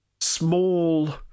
small